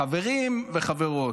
חברים וחברות,